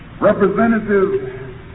Representative